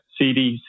CDS